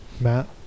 Matt